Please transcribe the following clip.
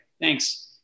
Thanks